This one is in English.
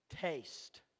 Taste